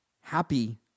Happy